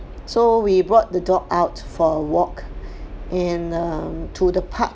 so we brought the dog out for a walk in um to the park